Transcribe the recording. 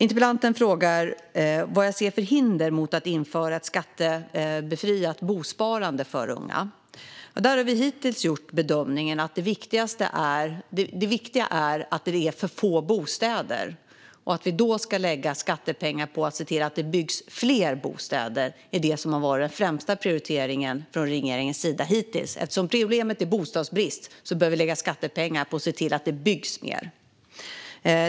Interpellanten frågar vad jag ser för hinder mot att införa ett skattebefriat bosparande för unga. Där har vi hittills gjort bedömningen att det viktiga är att det är för få bostäder. Att då lägga skattepengar på att se till att det byggs fler bostäder har varit den främsta prioriteringen från regeringens sida hittills. Eftersom problemet är bostadsbrist behöver vi lägga skattepengar på att se till att det byggs mer.